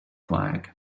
flag